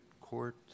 court